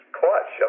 clutch